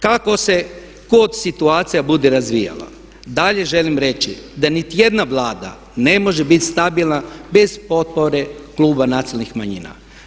Kako se god situacija bude razvijala dalje želim reći da niti jedna Vlada ne može bit stabilna bez potpore kluba nacionalnih manjina.